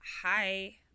hi